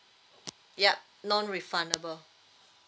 yup non refundable